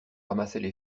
ramassaient